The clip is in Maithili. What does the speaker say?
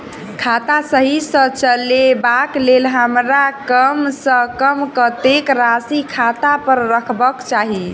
खाता सही सँ चलेबाक लेल हमरा कम सँ कम कतेक राशि खाता पर रखबाक चाहि?